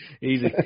easy